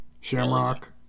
Shamrock